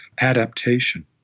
adaptation